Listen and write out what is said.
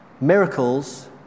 Miracles